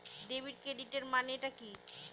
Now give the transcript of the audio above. Debit ক্রেডিটের মানে টা কি?